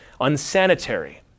unsanitary